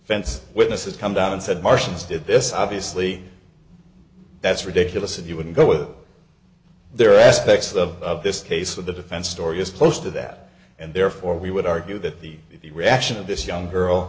defense witness has come down and said martians did this obviously that's ridiculous and you wouldn't go with there are aspects of this case with the defense story is close to that and therefore we would argue that the reaction of this young girl